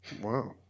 Wow